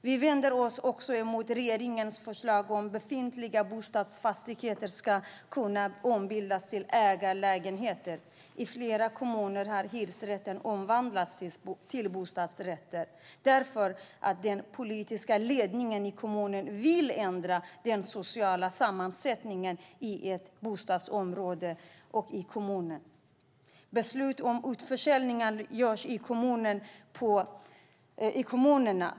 Vi vänder oss också mot regeringens förslag om att befintliga bostadsfastigheter ska kunna ombildas till ägarlägenheter. I flera kommuner har hyresrätter omvandlats till bostadsrätter därför att den politiska ledningen i kommunen vill ändra den sociala sammansättningen i ett bostadsområde och i kommunen. Beslut om utförsäljningar fattas i kommunerna.